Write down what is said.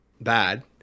bad